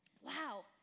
Wow